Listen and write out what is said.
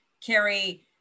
Kerry